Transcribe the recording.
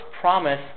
promise